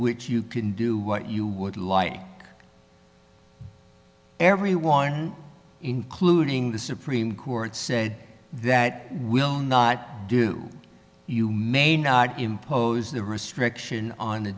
which you can do what you would like everyone including the supreme court said that will not do you may not impose the restriction on the